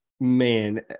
Man